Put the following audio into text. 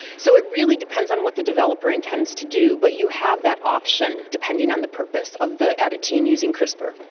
so it really depends on what the developer intends to do, but you have that option depending on the purpose of the editing using crispr.